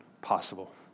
possible